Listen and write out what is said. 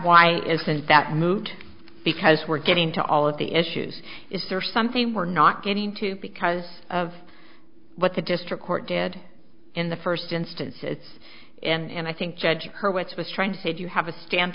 why isn't that moot because we're getting to all of the issues it's are something we're not getting to because of what the district court dead in the first instance says and i think judge hurwitz was trying to say do you have a stand